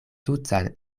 tutan